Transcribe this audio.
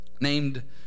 named